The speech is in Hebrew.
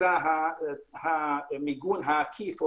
המיגון העקיף,